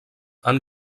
han